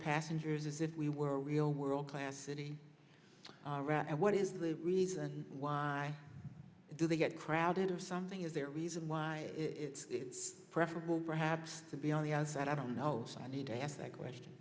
passengers as if we were real world class city and what is the reason why do they get crowded or something is there a reason why it's preferable perhaps to be on the outside i don't know if i need to ask that question